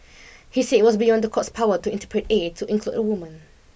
he said it was beyond the court's power to interpret A to include a woman